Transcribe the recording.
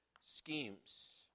schemes